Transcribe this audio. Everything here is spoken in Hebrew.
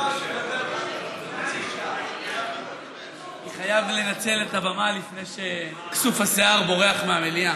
אני חייב לנצל את הבמה לפני שכסוף השיער בורח מהמליאה.